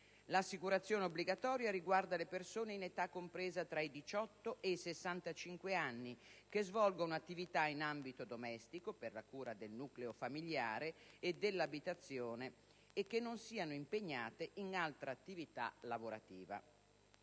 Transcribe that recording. L'assicurazione obbligatoria riguarda le persone in età compresa tra i 18 e i 65 anni che svolgono attività in ambito domestico per la cura del nucleo familiare e dell'abitazione e che non siano impegnate in altra attività lavorativa.